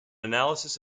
analysis